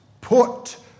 Put